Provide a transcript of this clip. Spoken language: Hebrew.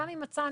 גם אם מצאנו